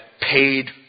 paid